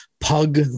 pug